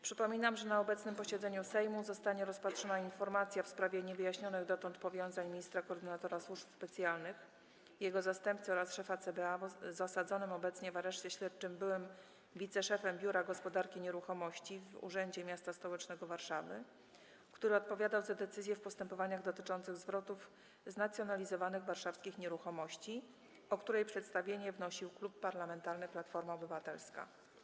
Przypominam, że na obecnym posiedzeniu Sejmu zostanie rozpatrzona informacja w sprawie niewyjaśnionych dotąd powiązań ministra koordynatora służb specjalnych, jego zastępcy oraz szefa CBA z osadzonym obecnie w areszcie śledczym byłym wiceszefem Biura Gospodarki Nieruchomości w Urzędzie m.st. Warszawy, który odpowiadał za decyzje w postępowaniach dotyczących zwrotów znacjonalizowanych warszawskich nieruchomości, o której przedstawienie wnosił Klub Parlamentarny Platforma Obywatelska.